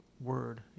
word